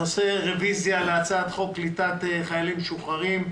הנושא רביזיה להצעת חוק קליטת חיילים משוחררים,